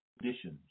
conditions